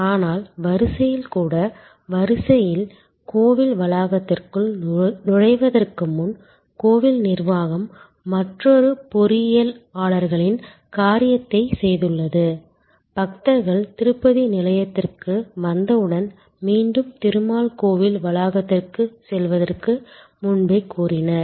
ஆனால் வரிசையில் கூட வரிசையில் கோவில் வளாகத்திற்குள் நுழைவதற்கு முன் கோவில் நிர்வாகம் மற்றொரு பொறியியலாளர்களின் காரியத்தை செய்துள்ளது பக்தர்கள் திருப்பதி நிலையத்திற்கு வந்தவுடன் மீண்டும் திருமால் கோவில் வளாகத்திற்கு செல்வதற்கு முன்பே கூறினர்